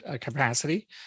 capacity